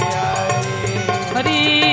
Hari